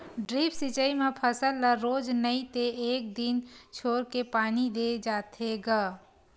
drip सिचई म फसल ल रोज नइ ते एक दिन छोरके पानी दे जाथे ग